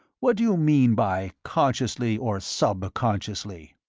what do you mean by consciously or subconsciously?